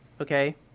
okay